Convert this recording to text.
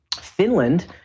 Finland